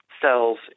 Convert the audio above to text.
cells